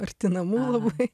arti namų labai